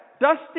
dusty